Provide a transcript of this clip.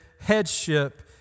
headship